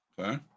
Okay